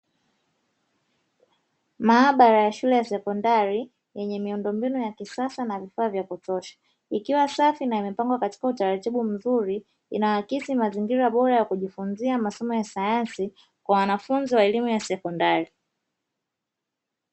Maabara ya shule ya sekondari yenye miundombinu ya kisasa na vifaa vya kutosha, ikiwa safi na imepangwa kwa utaratibu mzuri inaakisi mazingira bora ya kujifunzia masomo ya sayansi kwa wanafunzi wa elimu ya sekondari.